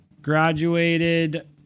Graduated